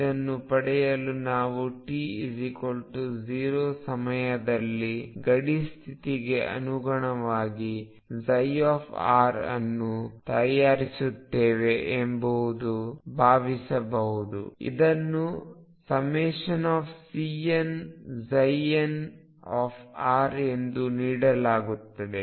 ಇದನ್ನು ಪಡೆಯಲು ನಾವು t0 ಸಮಯದಲ್ಲಿ ಗಡಿ ಸ್ಥಿತಿಗೆ ಅನುಗುಣವಾಗಿ ψ ಅನ್ನು ತಯಾರಿಸುತ್ತೇವೆ ಎಂದು ಭಾವಿಸಬಹುದು ಇದನ್ನು ∑Cnnr ಎಂದು ನೀಡಲಾಗುತ್ತದೆ